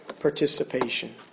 participation